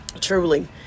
truly